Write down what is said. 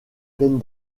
pleines